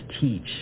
teach